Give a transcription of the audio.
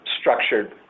structured